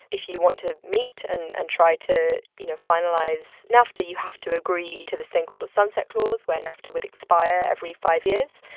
if you want to meet and and try to, you know, finalize nafta, you have to agree to this thing called a sunset clause, where nafta would expire every five years.